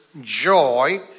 Joy